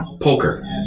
poker